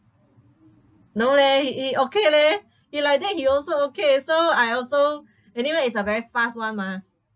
no leh he he okay leh he like that he also okay so I also anyway it's a very fast [one] mah